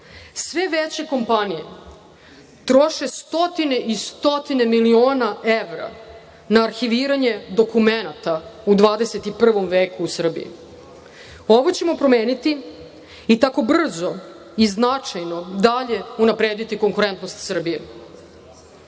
Sve veće kompanije troše stotine i stotine miliona evra na arhiviranje dokumenata u 21. veku u Srbiji. Ovo ćemo promeniti i tako brzo i značajno dalje unaprediti konkurentnost Srbije.Za